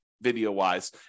video-wise